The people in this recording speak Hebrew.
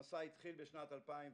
המסע התחיל בשנת 2017,